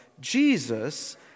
Jesus